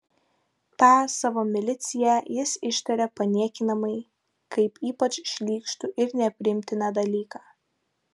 tą savo miliciją jis ištaria paniekinamai kaip ypač šlykštų ir nepriimtiną dalyką